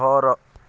ଘର